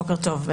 בוקר טוב,